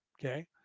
Okay